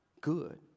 good